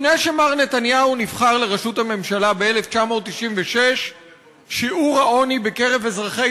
לפני שמר נתניהו נבחר לראשות הממשלה ב-1996 שיעור העוני בקרב אזרחי